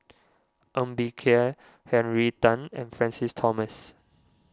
Ng Bee Kia Henry Tan and Francis Thomas